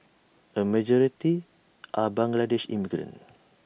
A majority are Bangladeshi immigrants